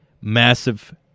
massive